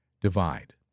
Divide